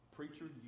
Preacher